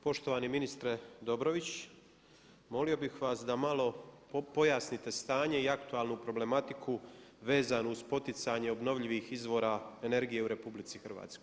Poštovani ministre Dobrović, molio bih vas da malo pojasnite stanje i aktualnu problematiku vezanu uz poticanje obnovljivih izvora energije u RH.